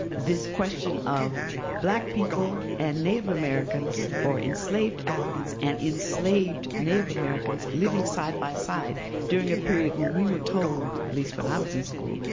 this question of black people and native americans, or enslaved africans and enslaved native americans, living side by side during a period when we were told, at least when i was in school,